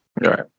Right